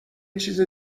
چیز